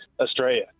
Australia